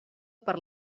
per